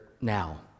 now